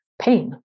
pain